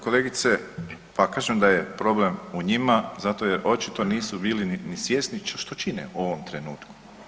Kolegice, pa kažem da je problem u njima zato jer očito nisu bili ni svjesni što čine u ovom trenutku.